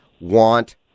want